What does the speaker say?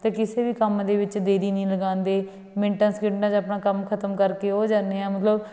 ਅਤੇ ਕਿਸੇ ਵੀ ਕੰਮ ਦੇ ਵਿੱਚ ਦੇਰੀ ਨਹੀਂ ਲਗਾਉਂਦੇ ਮਿੰਟਾਂ ਸਕਿੰਟਾਂ 'ਚ ਆਪਣਾ ਕੰਮ ਖਤਮ ਕਰਕੇ ਉਹ ਜਾਂਦੇ ਹਾਂ ਮਤਲਬ